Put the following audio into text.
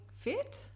fit